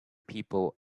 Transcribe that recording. people